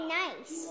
nice